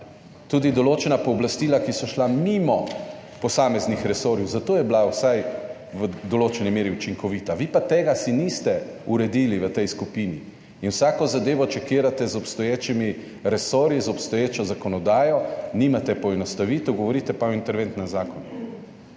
tudi določena pooblastila, ki so šla mimo posameznih resorjev. Za to je bila vsaj v določeni meri učinkovita, vi pa tega si niste uredili v tej skupini in vsako zadevo čekirate z obstoječimi resorji, z obstoječo zakonodajo, nimate poenostavitev, govorite pa o interventnem zakonu.